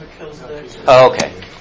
Okay